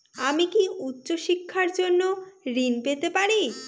আমি কি উচ্চ শিক্ষার জন্য ঋণ পেতে পারি?